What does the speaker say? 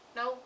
no